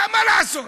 מה לעשות?